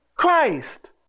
Christ